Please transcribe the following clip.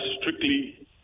strictly